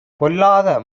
பொல்லாத